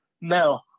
No